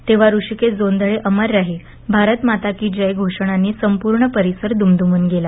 तेव्हा ऋषीकेश जोंधळे अमर रहे भारत माता की जय घोषणांनी संपूर्ण परिसर दुमदूमून गेला